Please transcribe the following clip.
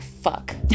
fuck